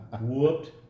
Whooped